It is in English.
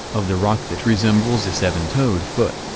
of the rock that resembles a seven toed foot.